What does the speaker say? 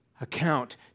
account